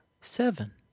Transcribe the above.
seven